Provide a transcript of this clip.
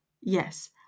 Yes